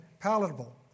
palatable